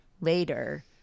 later